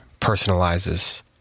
personalizes